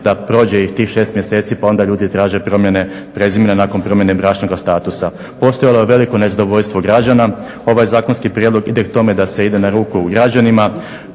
da prođe i tih 6 mjeseci pa onda ljudi traže promjene prezimena nakon promjene bračnoga statusa. Postojalo je veliko nezadovoljstvo građana. Ovaj zakonski prijedlog ide k tome da se ide na ruku građanima.